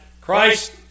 Christ